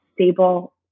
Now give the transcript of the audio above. stable